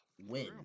win